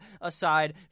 aside